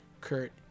kurt